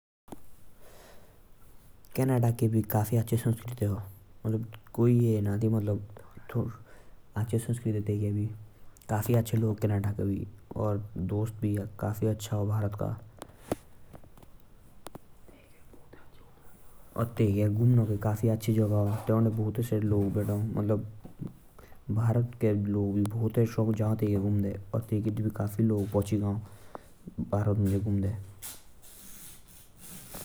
कनाडा के भी काफी अच्छा संस्कृति आ। भारत का काफी अच्छा दोस्त आ। तैके घूमने का भी काफी अच्छा जगह आ।